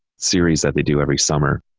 series that they do every summer.